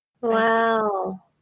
Wow